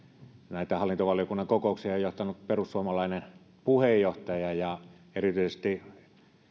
näitä hallintovaliokunnan kokouksia on johtanut perussuomalainen puheenjohtaja ja erityisesti